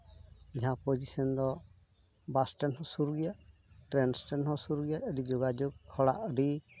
ᱡᱟᱦᱟᱸ ᱯᱚᱡᱤᱥᱮᱱ ᱫᱚ ᱵᱟᱥᱴᱮᱱᱰ ᱦᱚᱸ ᱥᱩᱨ ᱜᱮᱭᱟ ᱴᱨᱮᱱ ᱮᱥᱴᱮᱱᱰ ᱦᱚᱸ ᱥᱩᱨ ᱜᱮᱭᱟ ᱟᱹᱰᱤ ᱡᱳᱜᱟᱡᱳᱜᱽ ᱦᱚᱲᱟᱜ ᱟᱹᱰᱤ